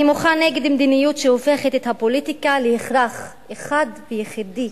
אני מוחה נגד מדיניות שהופכת את הפוליטיקה להכרח אחד ויחידי,